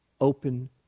open